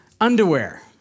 underwear